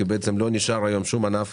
כי בעצם לא נשאר היום שום ענף